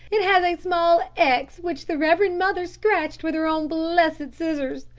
it has a small x which the reverend mother scratched with her own blessed scissors!